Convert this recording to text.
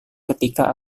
ketika